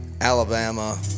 Alabama